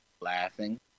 laughing